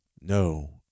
no